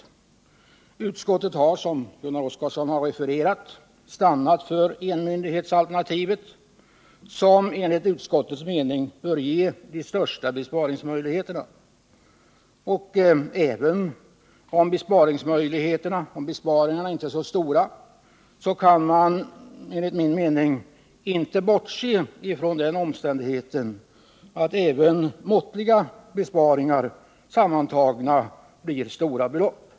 Utskottet har, som Gunnar Oskarson refererade, stannat för enmyndighetsalternativet, som enligt utskottets mening bör ge de största besparingsmöjligheterna. Även om dessa inte är så stora, kan man enligt min mening inte bortse från den omständigheten att även måttliga besparingar sammantagna blir till stora belopp.